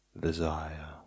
desire